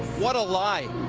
what a lie?